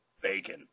bacon